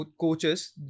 coaches